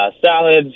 salads